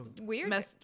Weird